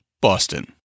Boston